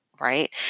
right